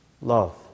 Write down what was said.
love